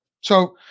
So-